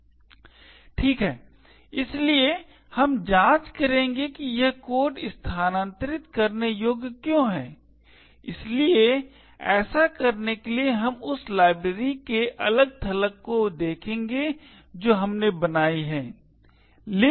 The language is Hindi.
ठीक है इसलिए अब हम जांच करेंगे कि यह कोड स्थानांतरित करने योग्य क्यों है इसलिए ऐसा करने के लिए हम उस लाइब्रेरी के अलग थलग को देखेंगे जो हमने बनाई है libmylibsodiss